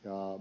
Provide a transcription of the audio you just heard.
joo